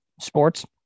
sports